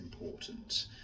important